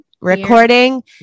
recording